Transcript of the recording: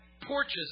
Porches